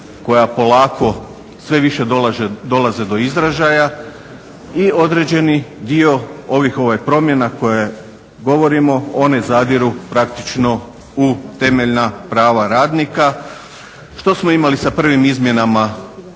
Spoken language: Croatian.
koja polako sve više dolaze do izražaj i određeni dio ovih promjena koje govorimo one zadiru praktično u temeljna prava radnika. Što smo imali sa prvim izmjenama